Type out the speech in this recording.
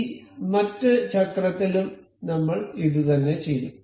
ഈ മറ്റ് ചക്രത്തിലും നമ്മൾ ഇതുതന്നെ ചെയ്യും